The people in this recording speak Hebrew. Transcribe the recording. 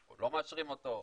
או לא מאשרים אותו.